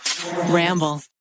Ramble